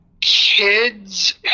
kids